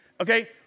Okay